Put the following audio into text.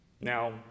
Now